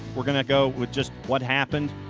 we're going to go with just what happened.